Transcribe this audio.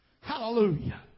Hallelujah